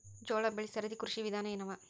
ಜೋಳ ಬೆಳಿ ಸರದಿ ಕೃಷಿ ವಿಧಾನ ಎನವ?